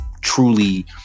truly